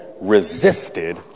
resisted